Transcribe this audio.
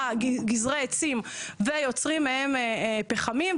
גזרי עצים ויוצרים מהם פחמים,